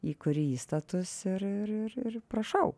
įkuri įstatus ir ir ir prašau